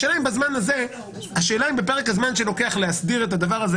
השאלה אם בפרק הזמן שלוקח להסדיר את הדבר הזה